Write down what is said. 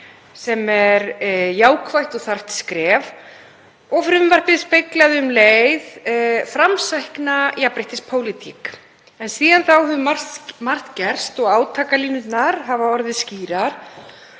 sem er jákvætt og þarft skref. Frumvarpið speglaði um leið framsækna jafnréttispólitík. En síðan þá hefur margt gerst og átakalínurnar hafa orðið skýrar